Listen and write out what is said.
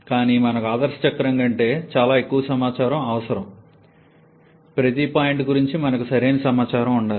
కానీ మనకు ఆదర్శ చక్రం కంటే చాలా ఎక్కువ సమాచారం అవసరం ప్రతి పాయింట్ గురించి మనకు సరైన సమాచారం ఉండాలి